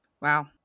Wow